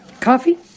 Coffee